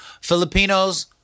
Filipinos